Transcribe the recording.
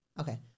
Okay